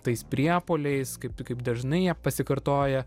tais priepuoliais kaip tu kaip dažnai jie pasikartoja